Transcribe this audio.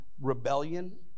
rebellion